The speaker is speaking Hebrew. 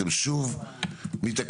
אתם שוב מתעקשים.